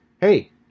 hey